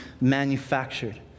manufactured